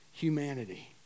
humanity